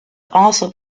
also